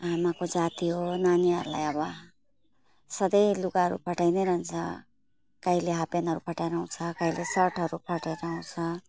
आमाको जात हो नानीहरूलाई अब सधैँ लुगाहरू फटाई नै रहन्छ कहिले हाफप्यान्टहरू फटाएर आउँछ कहिले सर्टहरू फटाएर आउँछ